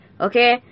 okay